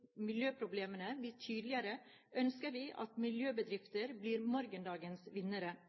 miljøproblemene blir tydeligere, ønsker vi at miljøbedrifter blir morgendagens vinnere.